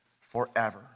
forever